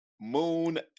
moon